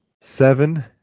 Seven